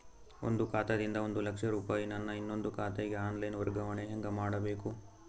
ನನ್ನ ಖಾತಾ ದಿಂದ ಒಂದ ಲಕ್ಷ ರೂಪಾಯಿ ನನ್ನ ಇನ್ನೊಂದು ಖಾತೆಗೆ ಆನ್ ಲೈನ್ ವರ್ಗಾವಣೆ ಹೆಂಗ ಮಾಡಬೇಕು?